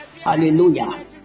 Hallelujah